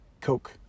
Coke